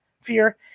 fear